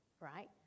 right